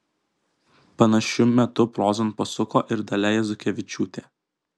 panašiu metu prozon pasuko ir dalia jazukevičiūtė